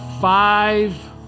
five